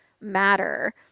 matter